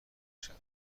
شود